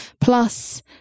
plus